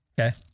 okay